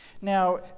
Now